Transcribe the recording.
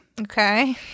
Okay